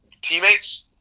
teammates